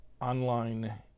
online